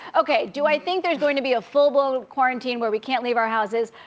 okay, do i think there's going to be a full-blown quarantine where we can't leave our houses?